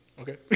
Okay